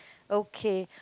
okay